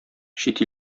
чит